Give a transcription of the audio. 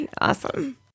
Awesome